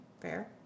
fair